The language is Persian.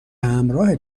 همراه